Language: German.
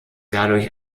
dadurch